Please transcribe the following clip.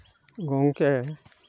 ᱜᱚᱢᱠᱮ